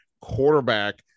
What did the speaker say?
quarterback